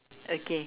okay